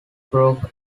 broke